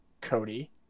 Cody